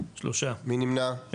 3 נמנעים,